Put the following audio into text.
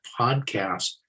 podcast